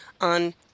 on